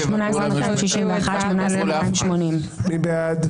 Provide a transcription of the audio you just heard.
17,941 עד 17,960. מי בעד?